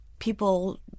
People